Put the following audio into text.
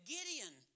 Gideon